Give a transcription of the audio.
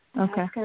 Okay